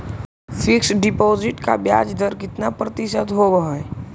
Fix deposit का ब्याज दर कितना प्रतिशत होब है?